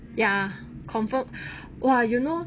ya confirm !wah! you know